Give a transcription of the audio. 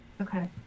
Okay